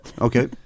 okay